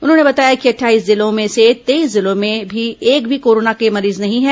उन्होंने बताया कि अट्ठाईस जिलों में से तेईस जिलों में एक भी कोरोना के मरीज नहीं है